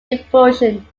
devotion